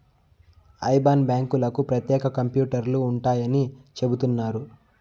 IBAN బ్యాంకులకు ప్రత్యేక కంప్యూటర్లు ఉంటాయని చెబుతున్నారు